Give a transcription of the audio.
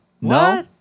No